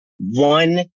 one